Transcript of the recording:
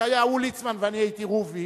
כשהיה הוא ליצמן ואני הייתי רובי